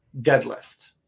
deadlift